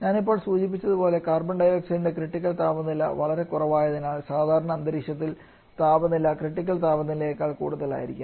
ഞാൻ ഇപ്പോൾ സൂചിപ്പിച്ചതുപോലെ കാർബൺ ഡൈ ഓക്സൈഡിന്റെ ക്രിട്ടിക്കൽ താപനില വളരെ കുറവായതിനാൽ സാധാരണ അന്തരീക്ഷത്തിൽ താപനില ക്രിട്ടിക്കൽ താപനിലയേക്കാൾ കൂടുതലായിരിക്കാം